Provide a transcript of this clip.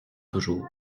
toujours